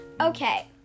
Okay